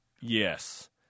Yes